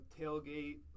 tailgate